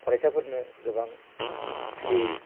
फरायसाफोरनो गोबां फ्रियै